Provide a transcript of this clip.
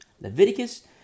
Leviticus